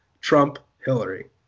Trump-Hillary